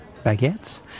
baguettes